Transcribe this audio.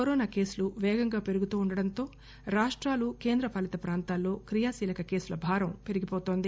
corona కేసులు పేగంగా పెరుగుతూ ఉండటంతో రాష్టాలు కేంద్ర పాలిత ప్రాంతాల్లో క్రియాశీలక కేసుల భారం పెరిగిపోతుంది